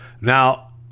Now